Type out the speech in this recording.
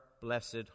blessed